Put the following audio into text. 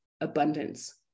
abundance